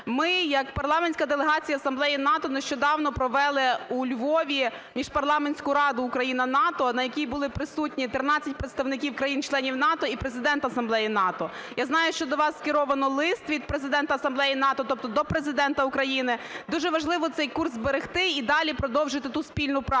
Ми як парламентська делегація Асамблеї НАТО нещодавно провели у Львові Міжпарламентську раду Україна - НАТО, на якій були присутні 13 представників країн-членів НАТО і Президент Асамблеї НАТО. Я знаю, що до вас скеровано лист від Президента Асамблеї НАТО, тобто до Президента України. Дуже важливо цей курс зберегти і далі продовжити ту спільну працю.